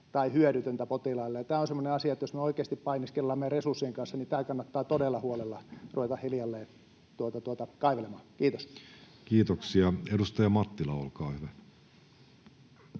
tai hyödytöntä potilaille. Tämä on semmoinen asia, että jos me oikeasti painiskellaan meidän resurssien kanssa, niin tätä kannattaa todella huolella ruveta hiljalleen kaivelemaan. — Kiitos. Kiitoksia. — Edustaja Mattila, olkaa hyvä.